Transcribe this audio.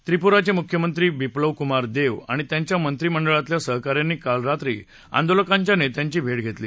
त्रिपुराचे मुख्यमंत्री बिप्लव कुमार देब आणि त्यांच्या मंत्रिमंडळातल्या सहका यांनी काल रात्री आंदोलकांच्या नेत्यांची भेट घेतली